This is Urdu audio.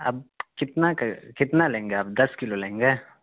اب کتنا کتنا لیں گے آپ دس کلو لیں گے